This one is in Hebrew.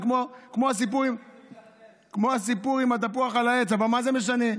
זה כמו הסיפור עם התפוח על העץ, אבל מה זה משנה.